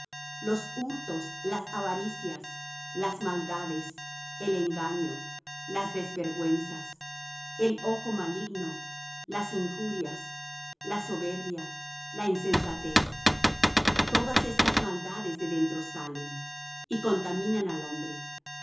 los hurtos las avaricias las maldades el engaño las desvergüenzas el ojo maligno las injurias la soberbia la insensatez todas estas maldades de dentro salen y contaminan al hombre